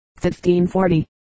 1540